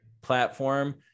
platform